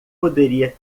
poderia